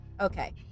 Okay